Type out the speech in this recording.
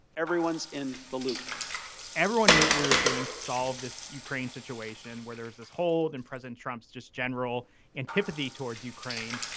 everyone's in the loop everyone knew we were doing to solve this ukraine situation. where there is this hold and present trumps just general antipathy towards ukraine.